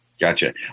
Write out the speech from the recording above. Gotcha